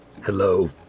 Hello